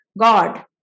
god